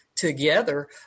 together